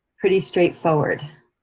pretty straightforward,